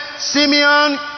Simeon